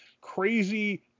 Crazy